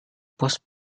pos